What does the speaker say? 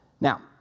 Now